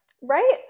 Right